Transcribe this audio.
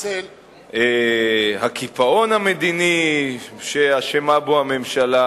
הקיפאון המדיני שאשמה בו הממשלה,